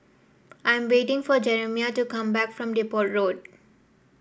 I am waiting for Jerimiah to come back from Depot Road